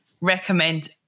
recommend